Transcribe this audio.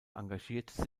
engagierte